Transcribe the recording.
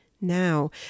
Now